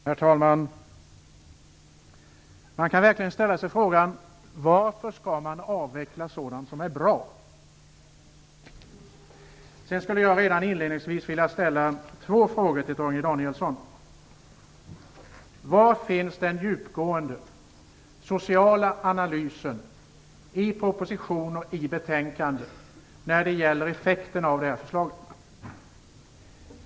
Herr talman! Man kan fråga sig varför sådant som är bra skall avvecklas. Sedan skulle jag redan inledningsvis vilja ställa två frågor till Torgny Danielsson. Var i propositionen och i betänkandet finns den djupgående sociala analysen av förslagets effekter?